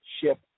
ship